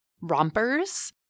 Rompers